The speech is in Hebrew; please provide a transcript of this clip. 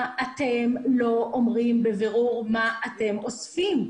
אתם לא אומרים בבירור מה אתם אוספים.